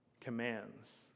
commands